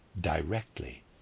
directly